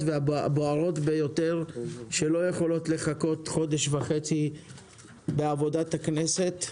והבוערות ביותר שלא יכולות לחכות חודש וחצי בעבודת הכנסת.